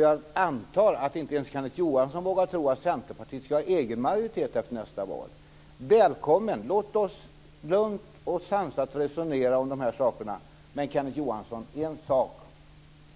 Jag antar nämligen att inte ens Kenneth Johansson vågar tro att Centerpartiet ska ha egen majoritet efter nästa val. Välkommen, låt oss lugnt och sansat resonera om dessa saker. Men, Kenneth Johansson, en sak